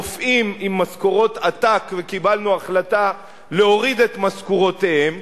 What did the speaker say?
רופאים עם משכורות עתק וקיבלנו החלטה להוריד את משכורותיהם.